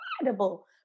incredible